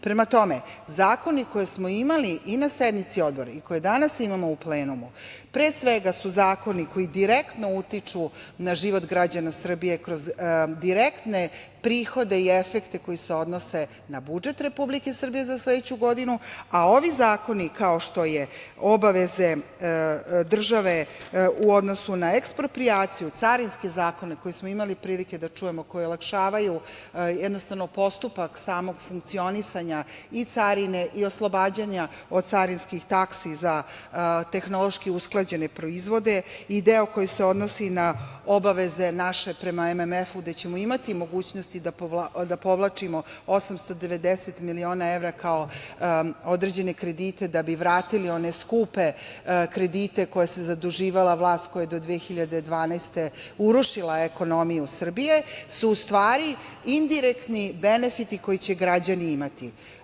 Prema tome, zakoni koje smo imali i na sednici odbora i koje danas imamo u plenumu pre svega su zakoni koji direktno utiču na život građana Srbije kroz direktne prihode i efekte koji se odnose na budžet Republike Srbije za sledeću godinu, a ovi zakoni, kao što su obaveze države u odnosu na eksproprijaciju, carinski zakoni koje smo imali prilike da čujemo, koji olakšavaju jednostavno postupak samog funkcionisanja i carine i oslobađanja od carinskih taksi za tehnološki usklađene proizvode i deo koji se odnosi na obaveze naše prema MMF-u, gde ćemo imati mogućnosti da povlačimo 890 miliona evra kao određene kredite da bi vratili one skupe kredite kojima se zaduživala vlast koja je do 2012. godine urušila ekonomiju Srbije, u stvari su indirektni benefiti koje će građani imati.